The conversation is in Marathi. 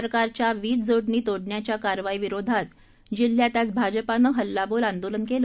सरकारच्या वीज जोडणी तोडण्याच्या कारवाईविरोधात जिल्हात आज भाजपानं हल्लाबोल आंदोलन केलं